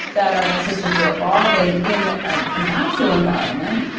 that our ancestors were evolving in a natural environment,